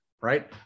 right